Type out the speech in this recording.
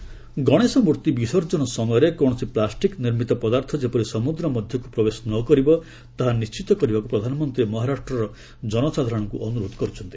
PM Maharashtra Ganesh ମୂର୍ତ୍ତି ବିସର୍ଜନ ସମୟରେ କୌଣସି ପ୍ଲାଷ୍ଟିକ୍ ନିର୍ମିତ ପଦାର୍ଥ ଯେପରି ସମୁଦ୍ର ମଧ୍ୟକୁ ପ୍ରବେଶ ନ କରିବ ତାହା ନିର୍ଚ୍ଚିତ କରିବାକୁ ପ୍ରଧାନମନ୍ତ୍ରୀ ମହାରାଷ୍ଟ୍ରର ଜନସାଧାରଣଙ୍କୁ ଅନୁରୋଧ କରିଛନ୍ତି